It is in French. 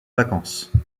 vacances